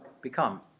become